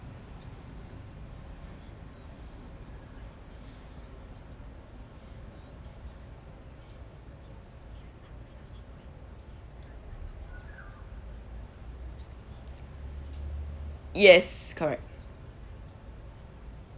yes correct